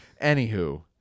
Anywho